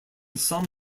some